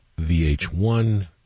VH1